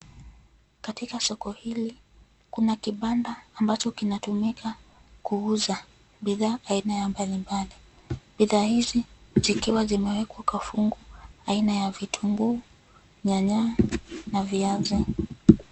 Katika soko hili, kuna kibanda ambacho kinatumika, kuuza, bidhaa aina ya mbalimbali, bidhaa hizi, zikiwa zimewekwa kwa fungu, aina ya vitunguu, nyanya na viazi.